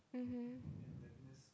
mmhmm